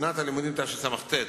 בשנת הלימודים תשס"ט,